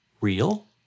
real